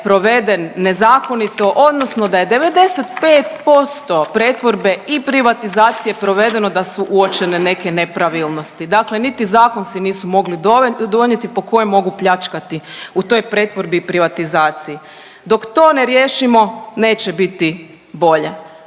proveden nezakonito odnosno da je 95% pretvorbe i privatizacije provedeno da su uočene neke nepravilnosti. Dakle, niti zakon si mogu donijeti po kojem mogu pljačkati u toj pretvorbi i privatizaciji. Dok to ne riješimo neće biti bolje.